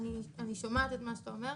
אני שומעת את מה שאתה אומר,